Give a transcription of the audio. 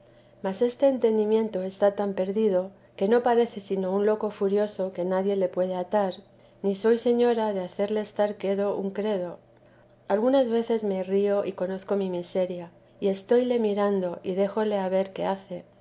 mas este entendimiento está tan perdido que no parece sino un loco furioso que nadie le puede atar ni soy señora de hacerle estar quedo un credo algunas veces me río y conozco mi miseria y estoyle mirando y dejóle a ver qué hace